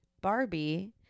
Barbie